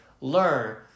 learn